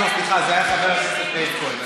שתדבר מהר, לא, סליחה, זה היה חבר הכנסת מאיר כהן.